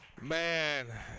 Man